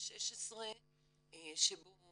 2016 שבו